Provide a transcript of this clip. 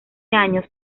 años